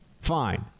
Fine